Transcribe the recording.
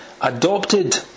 adopted